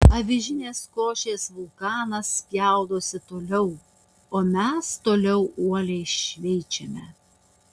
avižinės košės vulkanas spjaudosi toliau o mes toliau uoliai šveičiame